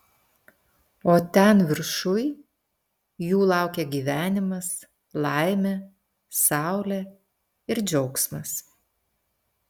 o ten viršuj jų laukia gyvenimas laimė saulė ir džiaugsmas